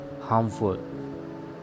harmful